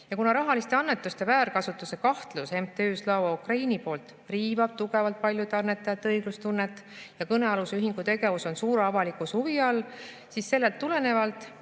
Kuna rahaliste annetuste väärkasutuse kahtlus MTÜ Slava Ukraini poolt riivab tugevalt paljude annetajate õiglustunnet ja kõnealuse ühingu tegevus on suure avalikkuse huvi all, siis sellest tulenevalt